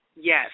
Yes